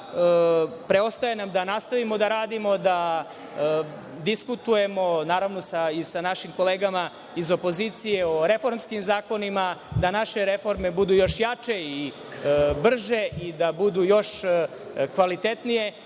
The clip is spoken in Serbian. predloge. Preostaje nam da nastavimo da radimo, diskutujemo, naravno, sa našim kolegama iz opozicije o reformskim zakonima, da naše reforme budu još jače i brže i da budu još kvalitetnije